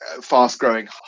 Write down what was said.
fast-growing